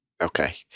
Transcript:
Okay